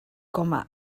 com